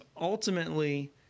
ultimately